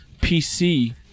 PC